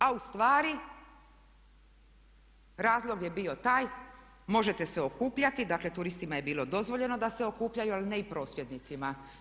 A ustvari razlog je bio taj, možete se okupljati, dakle turistima je bilo dozvoljeno da se okupljaju ali ne i prosvjednicima.